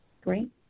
Great